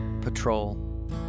patrol